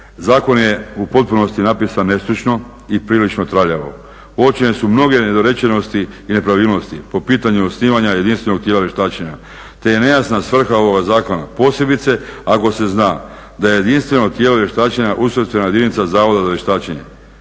Zakon je u potpunosti napisan nestručno i prilično traljavo. Uočene su mnoge nedorečenosti i nepravilnosti po pitanju osnivanja jedinstvenog tijela vještačenja te je nejasna svrha ovoga zakona posebice ako se zna da je jedinstveno tijelo vještačenja ustrojstvena jedinica Zavoda za vještačenje,